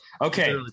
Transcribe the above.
okay